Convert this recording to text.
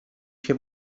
się